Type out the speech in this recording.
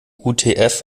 utf